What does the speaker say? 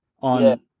on